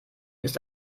ist